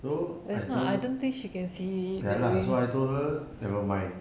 so I told ya lah so I told her nevermind